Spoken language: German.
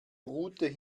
route